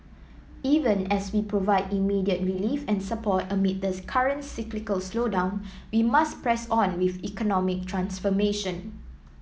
even as we provide immediate relief and support amid the current cyclical slowdown we must press on with economic transformation